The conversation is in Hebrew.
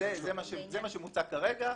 וזה מה שמוצג כרגע.